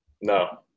No